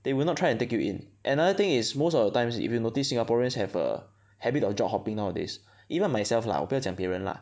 they will not try and take you in another thing is most of the times if you notice Singaporeans have a habit of job hopping nowadays even myself lah 我不要讲别人 lah